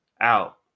out